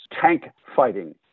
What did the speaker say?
tank-fighting